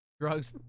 Drugs